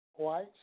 white